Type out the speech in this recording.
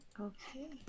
Okay